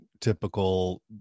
Typical